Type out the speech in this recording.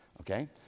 Okay